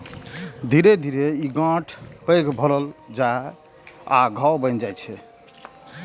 धीरे धीरे ई गांठ पैघ भए जाइ आ घाव बनि जाइ छै